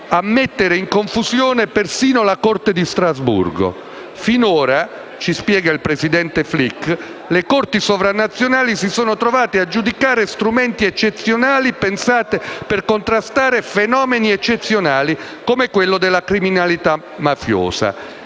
a mettere in confusione persino la Corte di Strasburgo. Il presidente Flick ci spiega che finora le corti sovranazionali si sono trovate a giudicare strumenti eccezionali pensati per contrastare fenomeni eccezionali, come quello della criminalità mafiosa: